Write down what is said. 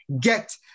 get